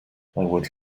would